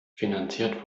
finanziert